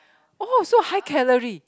oh so high calorie